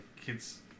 kids